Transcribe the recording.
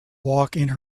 walking